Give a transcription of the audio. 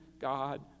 God